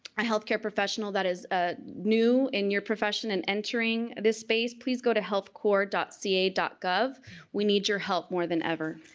a health care professional that is ah new in your profession and entering this space, please go to healthcorps ca gov we need your help more than ever.